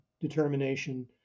determination